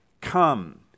come